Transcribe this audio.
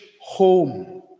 home